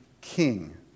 king